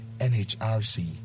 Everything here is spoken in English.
NHRC